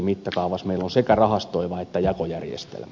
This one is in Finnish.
meillä on sekä rahastoiva että jakojärjestelmä